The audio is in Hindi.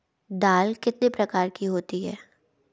दाल कितने प्रकार की होती है?